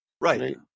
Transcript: right